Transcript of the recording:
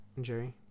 Jerry